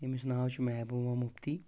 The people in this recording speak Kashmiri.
یمِس ناو چھُ محبوبا مفتی